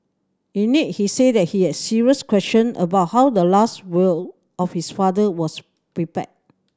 in it he said that he had serious question about how the last will of his father was prepared